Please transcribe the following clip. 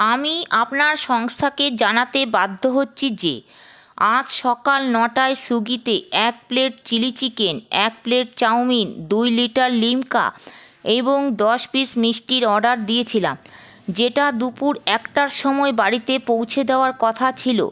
আমি আপনার সংস্থাকে জানাতে বাধ্য হচ্ছি যে আজ সকাল নটায় সুইগিতে এক প্লেট চিলি চিকেন এক প্লেট চাওমিন দুই লিটার লিমকা এবং দশ পিস মিষ্টির অর্ডার দিয়েছিলাম যেটা দুপুর একটার সময় বাড়িতে পৌঁছে দেওয়ার কথা ছিল